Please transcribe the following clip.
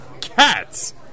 cats